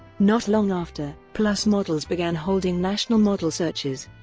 not long after, plus models began holding national model searches.